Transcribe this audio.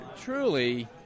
truly